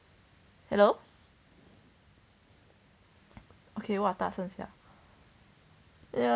hello okay !wah! 大声 sia